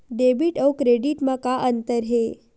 Debit अउ credit म का अंतर हे?